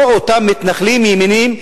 לא אותם מתנחלים ימנים,